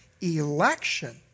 election